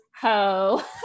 ho